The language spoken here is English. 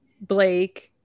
Blake –